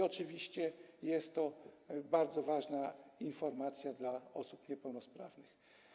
Oczywiście jest to bardzo ważna informacja dla osób niepełnosprawnych.